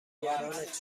نگرانت